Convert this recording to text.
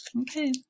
Okay